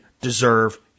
deserve